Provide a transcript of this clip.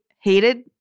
hated